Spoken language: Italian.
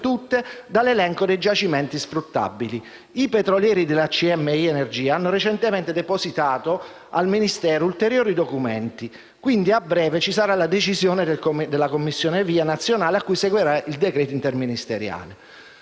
tutte dall'elenco dei giacimenti sfruttabili. I petrolieri della CMI Energia hanno recentemente depositato al Ministero ulteriori documenti; quindi a breve ci sarà la decisione della commissione VIA nazionale, a cui seguirà il decreto interministeriale.